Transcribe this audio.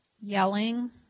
yelling